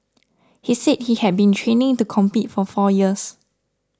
he said he had been training to compete for four years